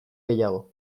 gehiago